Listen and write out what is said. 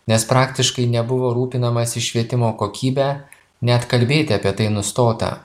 nes praktiškai nebuvo rūpinamasi švietimo kokybe net kalbėti apie tai nustota